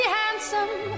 handsome